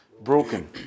broken